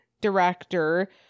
director